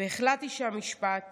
והחלטתי שהמשפט